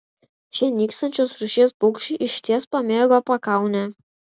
šie nykstančios rūšies paukščiai išties pamėgo pakaunę